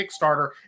Kickstarter